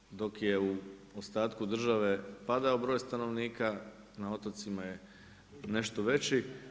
Dakle, dok je u ostatku države padao broj stanovnika, na otocima je nešto veći.